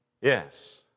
Yes